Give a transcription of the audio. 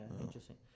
interesting